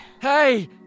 Hey